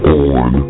on